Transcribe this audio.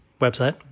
Website